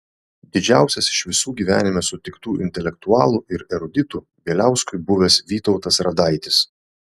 didžiausias iš visų gyvenime sutiktų intelektualų ir eruditų bieliauskui buvęs vytautas radaitis